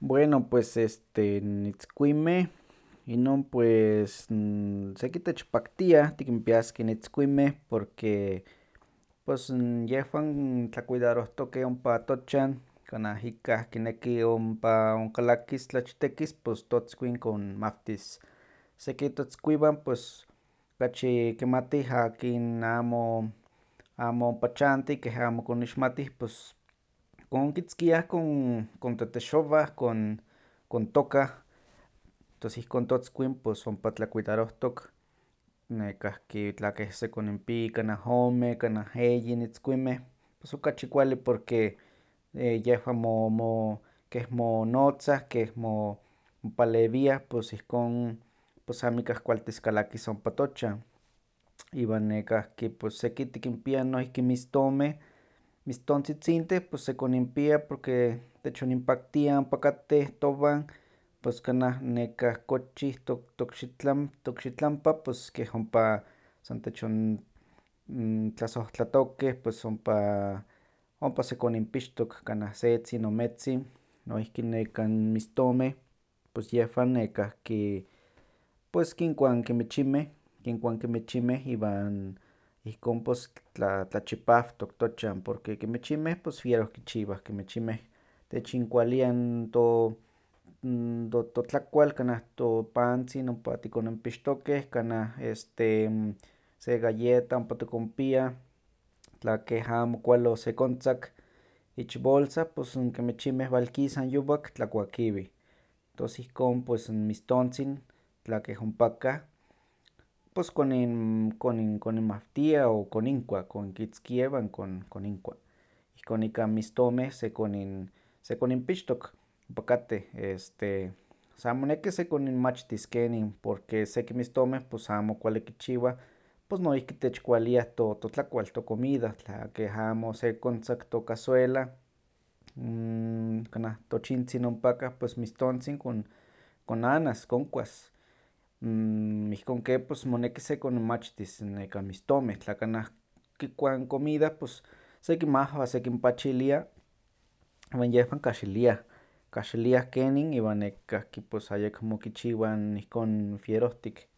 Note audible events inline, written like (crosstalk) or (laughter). Bueno pues este n, itzkuinmeh, inon pues n seki techpaktiah tikintpiaskeh n itzkuinmeh porque pos n yehwan tlakuidarohtokeh ompa tochan kanah ikah kineki ompa onkalakis tlachtekis pos totzkuin kon mawtis. Seki totzkuiwan pos okachi kimatih aki amo- amo ompa chanti keh amo kon ixmatih pos konkitzkiah kon- kon tetexowah kon- kon tokah, tos ihkon tozkuin pos ompa tlakuidarohtok. Nekahki tla sekonimpi kanah ome, kanah eyi n itzkuinmeh, pos okachi kualli porque (hesitation) yehwan mo- mo keh monotzah, keh mo- mopalewiah pos ihkon pos amikah kualtis kalakis ompa tochan. Iwan nekahki seki tikinpian noihki mistonmeh, mitstintzitzintih pos sekonimpia techonimpaktia ompa katteh towan, pos kanah nekah kochih to- tokxitlam- tokxitlampa pos keh ompa san techon- ntlasohtlatokeh pos ompa ompa sekonimpixtok kanan setzin, ometzin, noihki nekan mistonmeh pos yehwan nekahki kinkuah n kimichimeh, kinkuah n kimichimeh iwan ihkon pos tlachipawtok tochan porque n kimichinmeh pos wieroh kichiwah, kimichinmeh techinkualiah n to- n- to- totlakual kanah topantzin ompa tikonimpixtokeh kanah este se galleta ompa tikonpiah, tlakeh amo kualli osekontzak ich bolsa pos n kimichinmeh walkisah n yowak tlakuakiweh. Tos ihkon pues n mistontzin tla keh ompakah, pos kon in- konin- koninmawtiah o koninkuah konkitzkia iwan kon- koninkua, ihkon nekah n mistonmeh sekonimpixtok, ompa katteh, este san moneki sekoninmachtis kenin, porque seki n mistomeh pos amo kualli kichiwah pos no ihki techkualih to- totlakual tocomida, tla keh amo sekontzaktok cazuela, (hesitation) kanah tochintzin impakah pues mistontzin konanas konkuas, n ihkon ke pos moneki sekoninmachtis n nekan mistonmeh tla kanah kikuah n comida pos sekinmahwas sekinpachilia iwan yehwan kahxiliah, kahxiliah kenin iwan nekahki pos ayekmo kichiwah ihkon wierohtik.